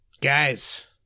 Guys